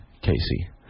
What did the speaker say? Casey